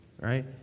right